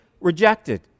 rejected